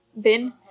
bin